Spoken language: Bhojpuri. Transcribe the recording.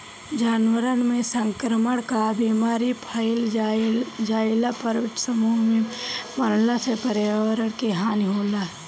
जानवरन में संक्रमण कअ बीमारी फइल जईला पर समूह में मरला से पर्यावरण के हानि होला